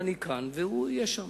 אני כאן והוא יהיה שם.